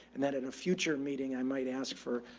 and that in a future meeting i might ask for,